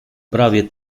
prawie